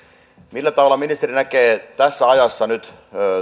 millä tavalla ministeri näkee tämän ajan nyt